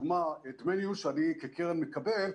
את דמי הניהול שאני כקרן מקבל,